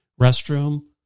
restroom